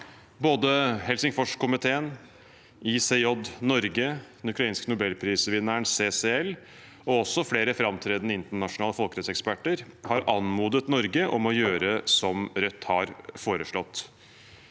Både Helsingforskomiteen, ICJ-Norge, den ukrainske nobelprisvinneren CCL og også flere framtredende internasjonale folkerettseksperter har anmodet Norge om å gjøre som Rødt har foreslått.